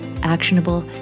actionable